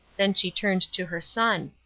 then she turned to her son.